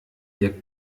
ihr